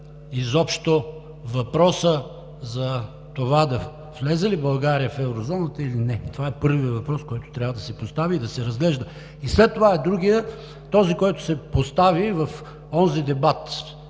изобщо въпросът за това България да влезе в Еврозоната или не. Това е първият въпрос, който трябва да се постави и да се разглежда. След това е другият, който се постави в онзи дебат